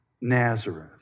Nazareth